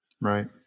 Right